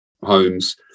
homes